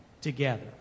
together